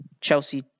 Chelsea